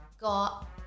got